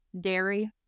dairy